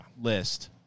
list